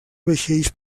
vaixells